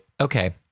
okay